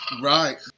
right